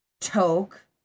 Toke